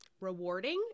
rewarding